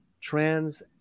trans